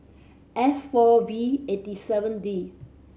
F four V eight seven D